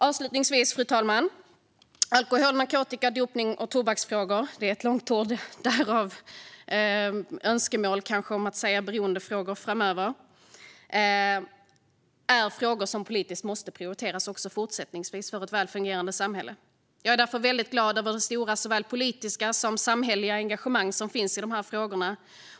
Avslutningsvis, fru talman, är alkohol-, narkotika-, dopnings och tobaksfrågor - det är ett långt ord, därav kanske ett önskemål att säga beroendefrågor framöver - frågor som politiskt måste prioriteras också fortsättningsvis för ett väl fungerande samhälle. Jag är därför väldigt glad över det stora såväl politiska som samhälleliga engagemang som finns i de här frågorna.